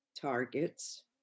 targets